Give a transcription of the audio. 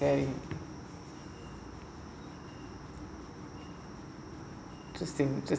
okay